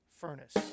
furnace